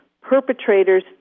perpetrators